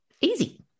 easy